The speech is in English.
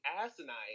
asinine